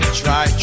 try